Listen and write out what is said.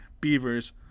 Beavers